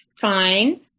Fine